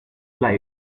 life